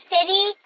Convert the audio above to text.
City